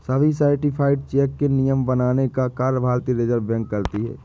सभी certified cheque के नियम बनाने का कार्य भारतीय रिज़र्व बैंक करती है